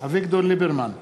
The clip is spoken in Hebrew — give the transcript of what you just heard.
אביגדור ליברמן,